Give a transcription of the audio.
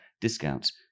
discounts